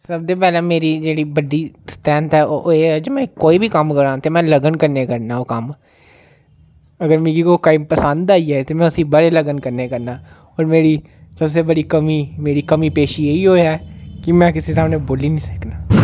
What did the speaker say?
सबदे पैह्ले बड़ी मेरी जेह्ड़ी बड्डी स्ट्रेंथ ऐ ओह् एह् जे में कोई बी कम्म करां ते में लगन कन्नै करनां ओह् कम्म अगर मी कोई कम्म पसंद आई जाए ते में उसी बड़ी लगन कन्नै करनां ओर मेरी सबसे बड़ी कमी मेरी कमी पेशी एह् इ ओ ऐ कि में कुसै सामनै बोली नी सकनां